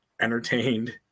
entertained